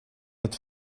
het